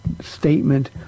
statement